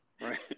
Right